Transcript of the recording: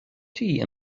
tea